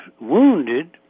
wounded